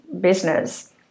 business